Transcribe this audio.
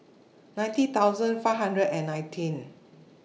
ninety thousand five hundred and nineteen